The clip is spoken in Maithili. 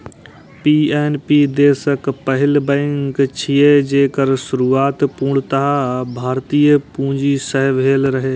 पी.एन.बी देशक पहिल बैंक छियै, जेकर शुरुआत पूर्णतः भारतीय पूंजी सं भेल रहै